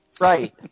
right